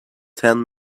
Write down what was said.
ten